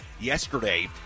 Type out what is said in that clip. yesterday